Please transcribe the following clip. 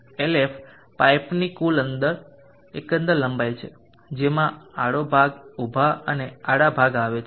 Lf પાઇપની કુલ એકંદર લંબાઈ છે જેમાં આડી ભાગ ઊભા અને આડા ભાગ આવે છે